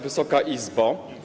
Wysoka Izbo!